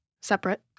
Separate